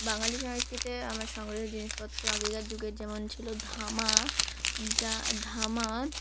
বাঙালি সংস্কৃতি আমার সংগঠিত জিনিসপত্র আগেকার যুগের যেমন ছিল ধামা যা ধামা